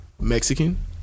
Mexican